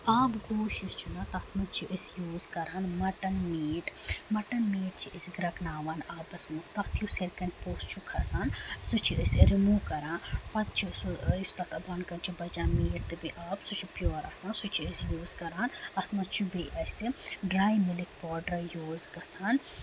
آب گوش یُس چھُنہٕ تَتھ منٛز چھِ أسۍ یوٗز کران مَٹن میٖٹ مَٹن میٖٹ چھِ أسۍ گرٛٮ۪کناوان آبَس منٛز تَتھ یُس ہٮ۪رکن پوٚس چھُ کھسان سُہ چھِ أسۍ رِموٗ کران پَتہٕ چھُ سُہ یُس تَتھ بۄن کٔنۍ چھُ بَچان تَتھ میٖٹ تہٕ بیٚیہِ آب سُہ چھُ پِیور آسان سُہ چھِ أسۍ یوٗز کران اَتھ منٛز چھُ بیٚیہِ اَسہِ ڈراے مِلِک پوٚڈر یوٗز گژھان